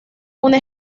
una